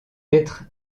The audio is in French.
être